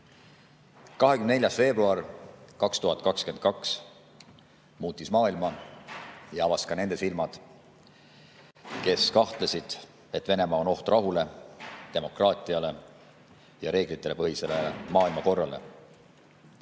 24. veebruar 2022 muutis maailma ja avas ka nende silmad, kes kahtlesid, et Venemaa on oht rahule, demokraatiale ja reeglitepõhisele maailmakorrale.